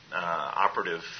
operative